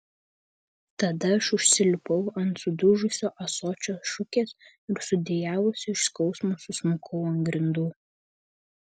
tada aš užsilipau ant sudužusio ąsočio šukės ir sudejavusi iš skausmo susmukau ant grindų